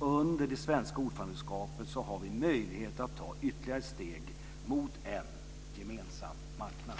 Under det svenska ordförandeskapet har vi möjlighet att ta ytterligare steg mot en gemensam marknad.